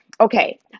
Okay